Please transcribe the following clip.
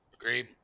Agreed